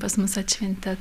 pas mus atšventė